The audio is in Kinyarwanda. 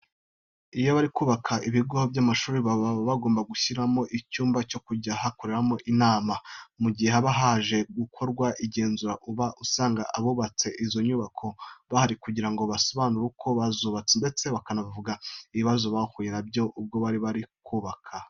Iyo bari kubaka ibigo by'amashuri, baba bagomba gushyiramo icyumba cyo kujya bakoreramo inama. Mu gihe haba haje gukorwa igenzura, uba usanga abubatse izo nyubako bahari kugira ngo basobanure uko bazubatse ndetse bakanavuga n'ibibazo bahuye na byo ubwo bari bari kubaka.